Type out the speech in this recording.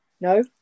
no